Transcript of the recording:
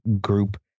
group